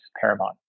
paramount